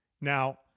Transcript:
Now